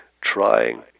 trying